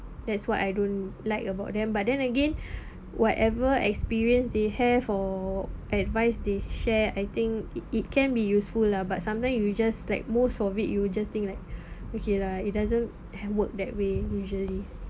that's what I don't like about them but then again whatever experience they have or advice they share I think it it can be useful lah but sometimes you just like most of it you just think like okay lah it doesn't ha~ work that way usually